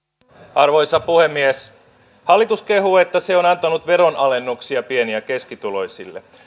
arvoisa puhemies hallitus kehuu että se on on antanut veronalennuksia pieni ja keskituloisille